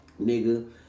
Nigga